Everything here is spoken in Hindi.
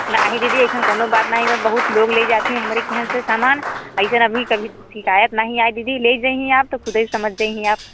नहीं दीदी ऐसन कोनों बात नाही है ऐसे बहुत लोग लेई जात हैं हमरे खयां से समान ऐसन कभी शिकायत नहीं आई दीदी ली जाइए आप तो खुदै समझ जाइए आप